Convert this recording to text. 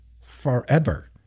forever